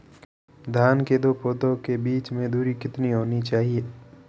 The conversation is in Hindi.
धान के दो पौधों के बीच की दूरी कितनी होनी चाहिए?